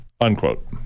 unquote